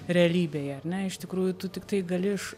realybėje ar ne iš tikrųjų tu tiktai gali iš